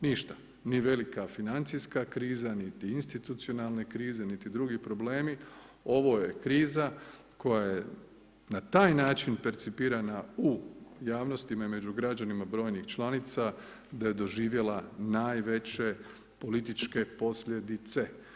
Ništa, ni velika financijska kriza, niti institucionalne krize, niti drugi problemi, ovo je kriza, koja je na taj način percipirana u javnostima među građanima brojnih članica, da je doživjela najveće političke posljedice.